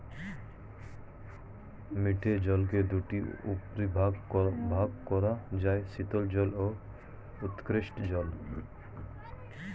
মিঠে জলকে দুটি উপবিভাগে ভাগ করা যায়, শীতল জল ও উষ্ঞ জল